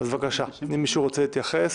אז, בבקשה, האם מישהו רוצה להתייחס?